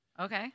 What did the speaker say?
Okay